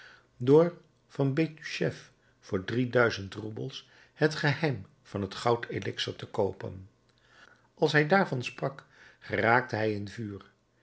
door van bestuchef voor drie duizend roebels het geheim van het goud elixer te koopen als hij daarvan sprak geraakte hij in vuur